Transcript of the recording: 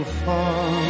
far